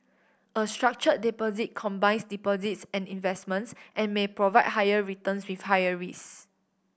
a structured deposit combines deposits and investments and may provide higher returns with higher risks